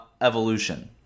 evolution